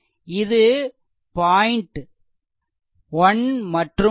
இது பாய்ன்ட் 1 மற்றும் 2